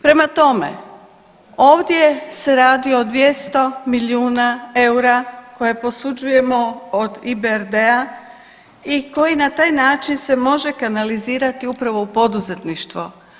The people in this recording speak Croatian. Prema tome, ovdje se radi o 200 milijuna EUR-a koje posuđujemo od IBRD-a i koji na taj način se može kanalizirati upravo u poduzetništvo.